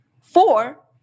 Four